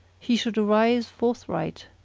he should arise forthright,